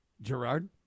Gerard